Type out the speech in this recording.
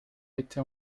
été